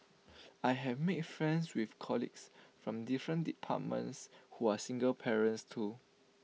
I have made friends with colleagues from different departments who are single parents too